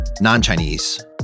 non-Chinese